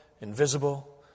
invisible